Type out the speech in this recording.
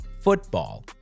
football